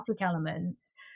elements